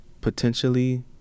potentially